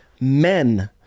men